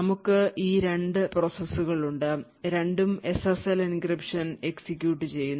നമുക്ക് ഈ 2 പ്രോസസ്സുകളുണ്ട് രണ്ടും SSL എൻക്രിപ്ഷൻ എക്സിക്യൂട്ട് ചെയ്യുന്നു